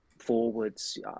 forwards